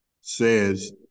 says